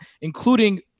including